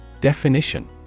Definition